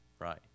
right